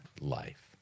life